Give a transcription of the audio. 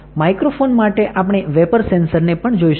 microphone માટે આપણે vapour sensor ને પણ જોઈશું